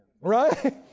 Right